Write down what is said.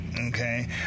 Okay